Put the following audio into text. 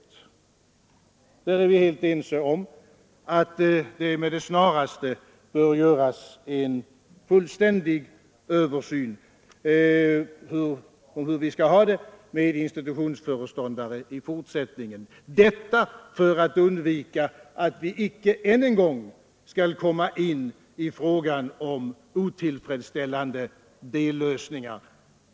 Vi är helt ense med utskottet om att det med det snaraste bör göras en fullständig översyn av hur vi skall ha det med institutionsföreståndare i fortsättningen — detta för att undvika att vi än en gång skall behöva gå in på otillfredsställande dellösningar.